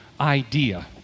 idea